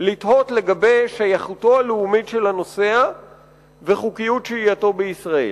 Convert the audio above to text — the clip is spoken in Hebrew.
לתהות לגבי שייכותו הלאומית של הנוסע וחוקיות שהייתו בישראל.